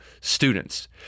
students